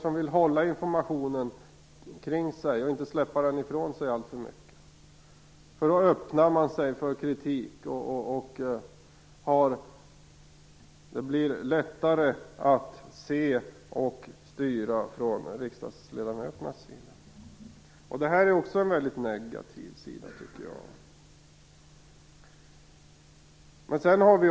De vill hålla informationen för sig själva, och inte släppa den ifrån sig allt för mycket. Då öppnar de ju sig för kritik, och det blir lättare för riksdagsledamöterna att se och styra. Det här är en väldigt negativ sida, tycker jag.